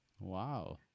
wow